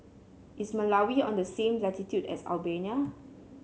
is Malawi on the same latitude as Albania